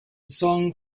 song